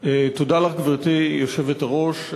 תודה לך, גברתי היושבת-ראש.